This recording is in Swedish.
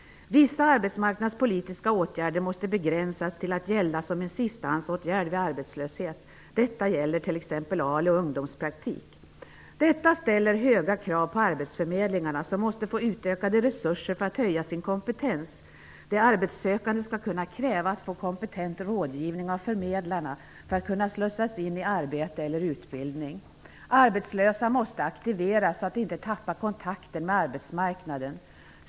Vissa arbetsmarknadspolitiska åtgärder måste begränsas till att gälla som en sistahandsåtgärd vid arbetslöshet. Detta gäller t.ex. ALU och ungdomspraktik. Detta ställer höga krav på arbetsförmedlingarna, som måste få utökade resurser för att höja sin kompetens. De arbetssökande skall kunna kräva att få kompetent rådgivning av förmedlarna, för att kunna slussas in i arbete eller utbildning. Arbetslösa måste aktiveras, så att de inte tappar kontakten med arbetsmarknaden.